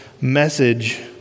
message